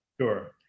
Sure